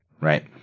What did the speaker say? Right